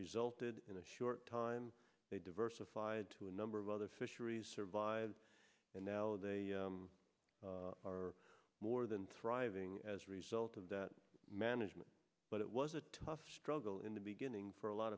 resulted in a short time they diversified to a number of other fisheries survive and now they are more than thriving as a result of that management but it was a tough struggle in the beginning for a lot